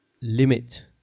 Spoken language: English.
limit